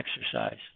exercise